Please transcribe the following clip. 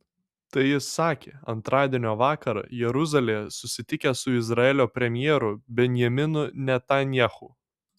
tai jis sakė antradienio vakarą jeruzalėje susitikęs su izraelio premjeru benjaminu netanyahu